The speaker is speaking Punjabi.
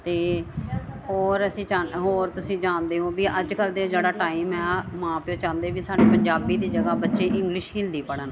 ਅਤੇ ਹੋਰ ਅਸੀਂ ਚੰਦ ਹੋਰ ਤੁਸੀਂ ਜਾਣਦੇ ਹੋ ਵੀ ਅੱਜ ਕੱਲ੍ਹ ਦੀਆਂ ਜਿਹੜਾ ਟਾਈਮ ਆ ਮਾਂ ਪਿਓ ਚਾਹੁੰਦੇ ਵੀ ਸਾਨੂੰ ਪੰਜਾਬੀ ਦੀ ਜਗ੍ਹਾ ਬੱਚੇ ਇੰਗਲਿਸ਼ ਹਿੰਦੀ ਪੜ੍ਹਣ